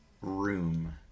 room